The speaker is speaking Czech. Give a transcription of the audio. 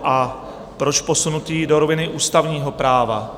A proč posunutý do roviny ústavního práva?